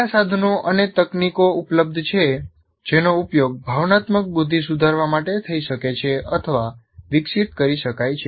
કયા સાધનો અને તકનીકો ઉપલબ્ધ છે જેનો ઉપયોગ ભાવનાત્મક બુદ્ધિ સુધારવા માટે થઈ શકે છે અથવા વિકસિત કરી શકાય છે